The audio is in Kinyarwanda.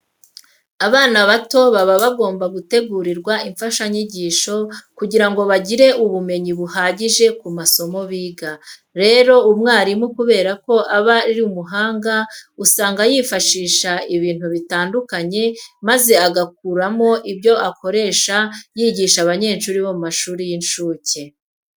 Abana bato baba bagomba gutegurirwa imfashanyigisho kugira ngo bagire ubumenyi buhagije ku masomo biga. Rero umwarimu kubera ko aba ari umuhanga usanga yifashishije ibintu bitandukanye maze agakuramo ibyo akoresha yigisha abanyeshuri bo mu mashuri y'incuke.